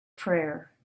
prayer